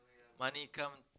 money come